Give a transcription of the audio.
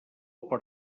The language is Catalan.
per